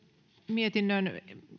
mietinnön